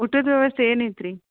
ಊಟುದ್ದು ವ್ಯವಸ್ಥೆ ಏನೈತೆ ರೀ